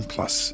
Plus